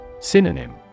Synonym